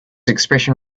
expression